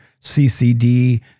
CCD